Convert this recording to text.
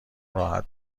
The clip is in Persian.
راحت